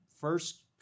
first